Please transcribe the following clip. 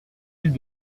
ils